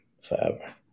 forever